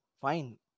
fine